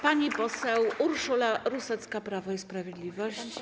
Pani poseł Urszula Rusecka, Prawo i Sprawiedliwość.